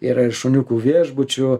yra ir šuniukų viešbučių